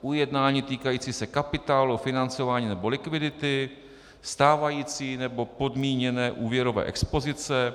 ujednání týkající se kapitálu, financování nebo likvidity; stávající nebo podmíněné úvěrové expozice;